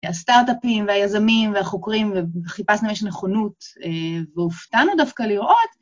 הסטארט-אפים והיזמים והחוקרים, וחיפשנו אם יש נכונות והופתענו דווקא לראות.